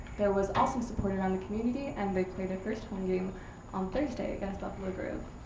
there was awesome support around the community and they play their first home game on thursday against buffalo grove.